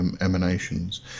emanations